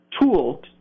tool